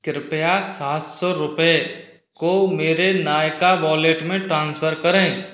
कृपया सात सौ रुपये को मेरे नायका वॉलेट में ट्रांसफ़र करें